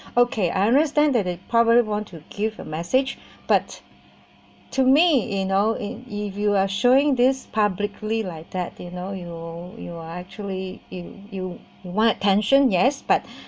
okay I understand that it probably wants to give a message but to me you know if you you are showing this publicly like that you know you you are actually you you want attention yes but